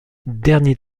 dernier